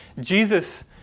Jesus